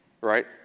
right